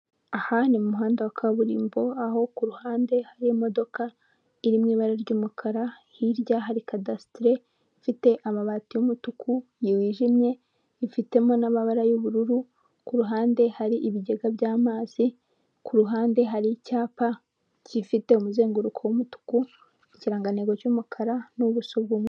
Aha ni muhanda wa kaburimbo aho kuruhande hari imodoka iri mu ibara ry'umukara hirya hari cadasitere ifite amabati y'umutuku wijimye, ifitemo n'amabara y'ubururu kuruhande hari ibigega by'amazi kuruhande hari icyapa gifite umuzenguruko w'umutuku, ikirangantego cy'umukara n'ubuso bw'umweru.